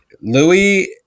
Louis